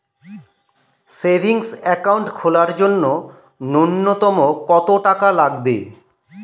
Savings account খোলার জন্য নূন্যতম কত টাকা লাগবে?